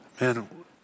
man